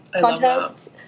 contests